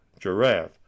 Giraffe